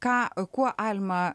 ką kuo alma